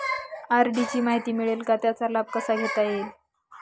RD ची माहिती मिळेल का, त्याचा लाभ कसा घेता येईल?